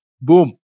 Boom